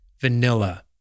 vanilla